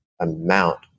amount